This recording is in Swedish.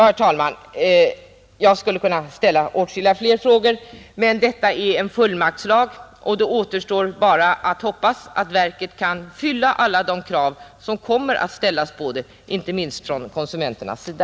Ja, herr talman, jag skulle kunna ställa åtskilligt fler frågor, men detta är en fullmaktslag och det återstår bara att hoppas att verket kan fylla alla de krav som kommer att ställas på det, inte minst från konsumenternas sida.